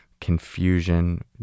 confusion